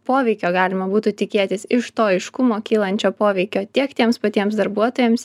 poveikio galima būtų tikėtis iš to aiškumo kylančio poveikio tiek tiems patiems darbuotojams